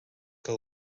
que